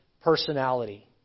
personality